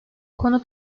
konu